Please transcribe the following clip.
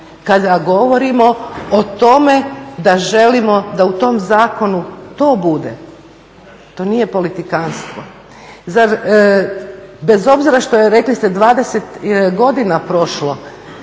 kada govorimo o tome da želimo da u tom zakonu to bude? To nije politikantstvo. Bez obzira što je, rekli ste, 20 godina prošlo,